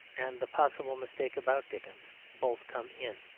and the possible mistake about dickens, both come in.